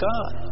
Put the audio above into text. God